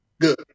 Good